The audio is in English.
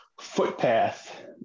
footpath